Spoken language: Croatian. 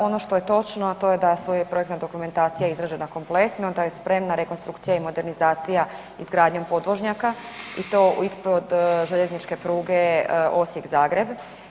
Ono što je točno, a to je da sva projektna dokumentacija izrađena kompletno, da je spremna rekonstrukcija i modernizacija izgradnjom podvožnjaka i to ispod željezničke pruge Osijek – Zagreb.